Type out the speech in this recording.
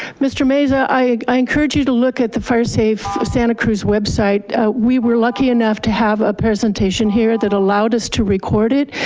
mr. meza i encourage you to look at the firesafe santa cruz website. we were lucky enough to have a presentation here that allowed us to record it.